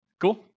Cool